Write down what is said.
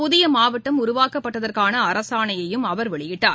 புதிய மாவட்டம் உருவாக்கப்பட்டதற்கான அரசாணையையும் அவர் வெளியிட்டார்